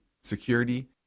security